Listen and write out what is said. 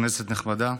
כנסת נכבדה,